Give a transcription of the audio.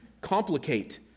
complicate